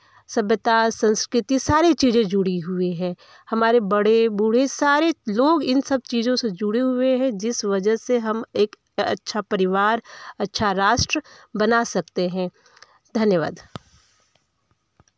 सभ्यता संस्कृति सारी चीज़ जुड़ी हुई है हमारे बड़े बूढ़े सारे लोग इन सब चीज़ों से जुड़े हुए हैं जिस वजह से हम एक अच्छा परिवार अच्छा राष्ट्र बना सकते हैं धन्यवाद